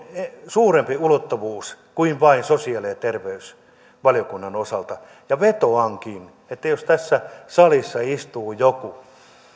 suurempi ulottuvuus kuin vain sosiaali ja terveysvaliokunnan osalta vetoankin että jos tässä salissa istuu joku